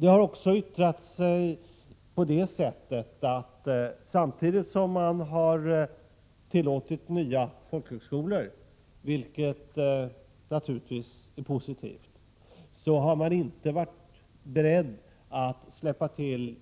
Det har också yttrat sig på det sättet att man, samtidigt som man har tillåtit nya folkhögskolor, vilket naturligtvis är positivt, inte har varit beredd att släppa till